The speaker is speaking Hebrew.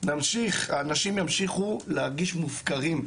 האנשים ימשיכו להרגיש מופקרים.